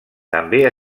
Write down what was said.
també